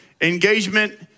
engagement